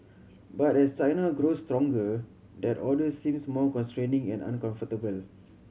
but as China grows stronger that order seems more constraining and uncomfortable